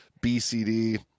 BCD